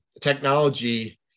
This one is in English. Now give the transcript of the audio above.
technology